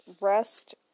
rest